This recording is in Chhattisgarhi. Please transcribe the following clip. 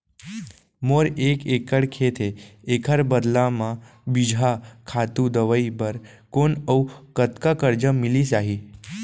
मोर एक एक्कड़ खेत हे, एखर बदला म बीजहा, खातू, दवई बर कोन अऊ कतका करजा मिलिस जाही?